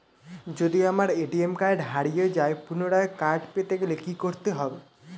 যদি আমার ATM card হারিয়ে যায় পুনরায় কার্ড পেতে গেলে কি করতে হবে?